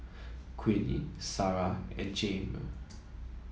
Queenie Sara and Jayme